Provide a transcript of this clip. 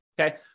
okay